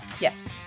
Yes